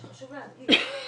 שחשוב להגיד.